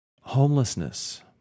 Homelessness